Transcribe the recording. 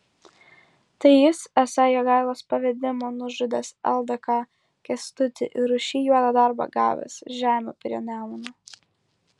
tai jis esą jogailos pavedimu nužudęs ldk kęstutį ir už šį juodą darbą gavęs žemių prie nemuno